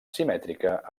simètrica